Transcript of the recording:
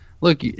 look